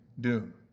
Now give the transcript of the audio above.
doom